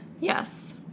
Yes